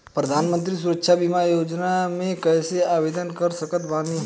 प्रधानमंत्री सुरक्षा बीमा योजना मे कैसे आवेदन कर सकत बानी?